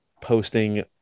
posting